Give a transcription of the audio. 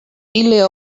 ille